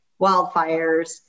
wildfires